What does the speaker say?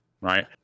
right